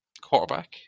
quarterback